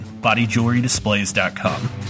bodyjewelrydisplays.com